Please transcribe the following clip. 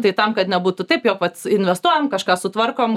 tai tam kad nebūtų taip jog vat investuojam kažką sutvarkom